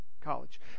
college